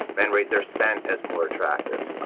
men rate their scent as more attractive